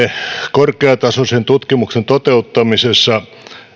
korkeatasoisen tutkimuksen toteuttamisessa